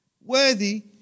worthy